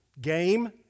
game